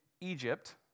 Egypt